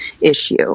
issue